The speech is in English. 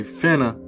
finna